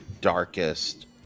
darkest